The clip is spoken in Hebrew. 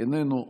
איננו,